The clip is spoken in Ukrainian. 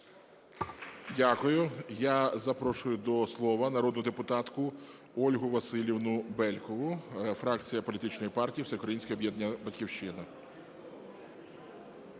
Дякую. Я запрошую до слова народну депутатку Ольгу Василівну Бєлькову, фракція політичної партії "Всеукраїнське об'єднання "Батьківщина".